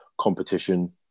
competition